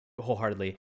wholeheartedly